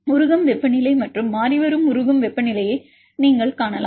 உருகும் வெப்பநிலை மற்றும் மாறிவரும் உருகும் வெப்பநிலையை நீங்கள் காணலாம்